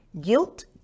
guilt